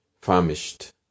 famished